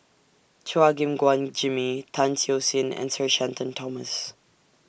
Chua Gim Guan Jimmy Tan Siew Sin and Sir Shenton Thomas